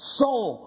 soul